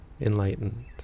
enlightened